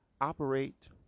operate